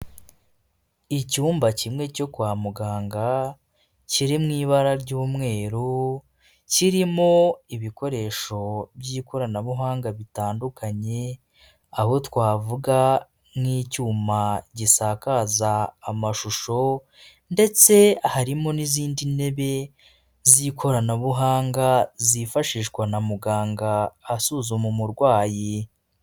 Icyumba kimwe cyo kwa muganga kiri mu ibara ry'umweru, kirimo ibikoresho by'ikoranabuhanga bitandukanye, aho twavuga nk'icyuma gisakaza amashusho, ndetse harimo n'izindi ntebe z'ikoranabuhanga zifashishwa na muganga asuzuma umurwayi.